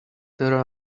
there